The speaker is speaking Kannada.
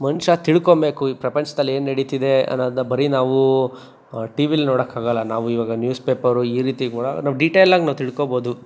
ಮನುಷ್ಯ ತಿಳ್ಕೊಬೇಕು ಈ ಪ್ರಪಂಚ್ದಲ್ಲೇನು ನಡೀತಿದೆ ಅನ್ನೋದನ್ನ ಬರೀ ನಾವು ಟಿ ವಿಲಿ ನೋಡಕಾಗಲ್ಲ ನಾವು ಇವಾಗ ನ್ಯೂಸ್ ಪೇಪರು ಈ ರೀತಿ ಕೂಡ ನಾವು ಡಿಟೇಲಾಗಿ ನಾವು ತಿಳ್ಕೊಬೋದು